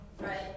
right